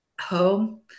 home